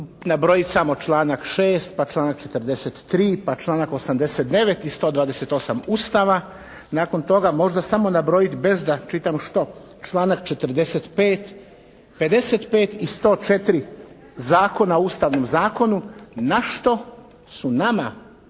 nabrojiti samo članak 6. pa članak 43. pa članak 89. i 128. Ustava. Nakon toga možda samo nabrojiti bez da čitam što članak 45., 55. i 104. Zakona o Ustavnom zakonu na što su nama kao